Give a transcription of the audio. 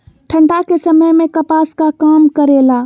ठंडा के समय मे कपास का काम करेला?